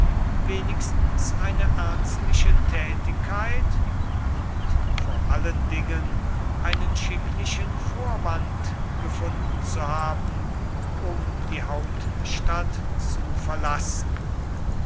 wenigstens eine ernstliche tätigkeit und vor allen dingen einen schicklichen vorwand gefunden zu haben um die hauptstadt zu verlassen